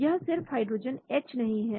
यह सिर्फ hydrogen H नहीं है